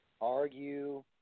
argue